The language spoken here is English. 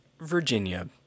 Virginia